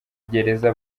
gereza